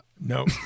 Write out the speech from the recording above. No